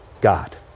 God